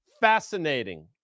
Fascinating